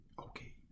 Okay